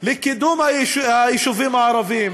לקידום היישובים הערביים,